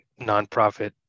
nonprofit